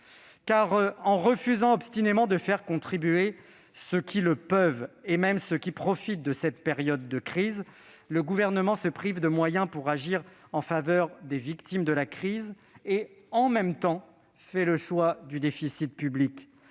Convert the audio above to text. En refusant obstinément de faire contribuer ceux qui le peuvent, et même ceux qui profitent de cette période de crise, le Gouvernement se prive de moyens pour agir en faveur des victimes de la crise et, en même temps, fait le choix du déficit public.